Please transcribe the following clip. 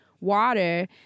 Water